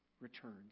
returns